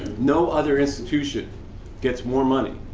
no other institution gets more money,